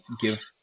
give